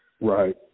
Right